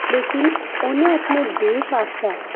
लेकिन उ'नें अपने देश आस्तै